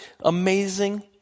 amazing